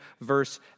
verse